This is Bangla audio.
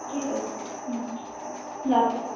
ঠিক আছে হুঁ রাখছি